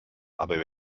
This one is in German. aber